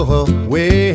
away